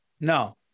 No